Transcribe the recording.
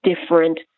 different